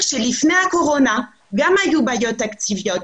שלפני הקורונה גם היו בעיות תקציביות,